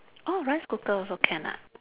orh rice cooker also can ah